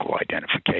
identification